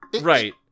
right